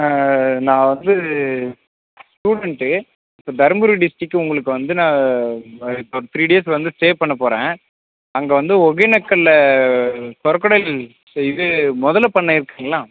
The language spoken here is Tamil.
நான் வந்து ஸ்டூடண்ட்டு இப்போ தர்மபுரி டிஸ்ட்ரிக்கு உங்களுக்கு வந்து நான் இப்போ த்ரீ டேஸ் வந்து ஸ்டே பண்ண போறேன் அங்கே வந்து ஒகேனக்கலில் குரொக்கடைல் இது முதல பண்ணை இருக்குங்களா